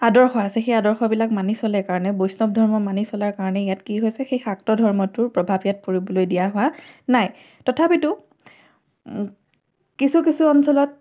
আদৰ্শ আছে সেই আদৰ্শবিলাক মানি চলে কাৰণে বৈষ্ণৱ ধৰ্ম মানি চলাৰ কাৰণে ইয়াত কি হৈছে সেই শাক্ত ধৰ্মটোৰ প্ৰভাৱ ইয়াত পৰিবলৈ দিয়া হোৱা নাই তথাপিতো কিছু কিছু অঞ্চলত